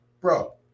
bro